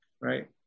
Right